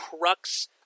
crux